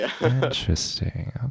interesting